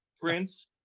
Prince